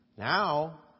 Now